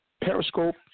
periscope